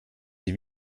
sie